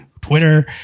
Twitter